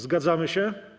Zgadzamy się?